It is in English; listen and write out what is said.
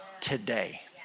today